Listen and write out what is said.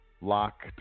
locked